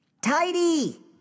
Tidy